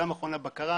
גם מכוני הבקרה,